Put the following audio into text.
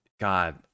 God